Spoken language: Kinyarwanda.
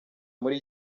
muri